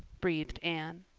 breathed anne.